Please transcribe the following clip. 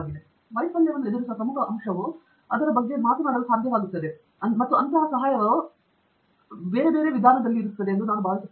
ದೇಶ್ಪಾಂಡೆ ವೈಫಲ್ಯವನ್ನು ಎದುರಿಸುವ ಪ್ರಮುಖ ಅಂಶವು ಅದರ ಬಗ್ಗೆ ಮಾತನಾಡಲು ಸಾಧ್ಯವಾಗುತ್ತದೆ ಮತ್ತು ಅಂತಹ ಸಹಾಯವು ಅಲ್ಲಿರುವ ಸ್ಥಳಗಳ ಹಲವಾರು ವಿಧಗಳಿವೆ ಎಂದು ನಾನು ಭಾವಿಸುತ್ತೇನೆ